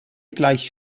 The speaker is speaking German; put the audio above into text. gleich